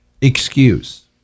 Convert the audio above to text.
excuse